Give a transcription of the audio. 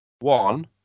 one